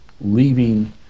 leaving